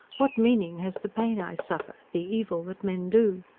what meaning has the pain i suffer, the evil that men do?